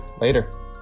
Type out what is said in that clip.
Later